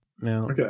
Now